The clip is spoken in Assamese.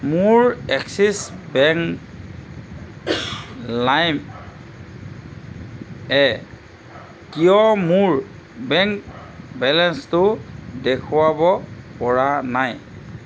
মোৰ এক্সিছ বেংক লাইময়ে কিয় মোৰ বেংক বেলেঞ্চটো দেখুৱাব পৰা নাই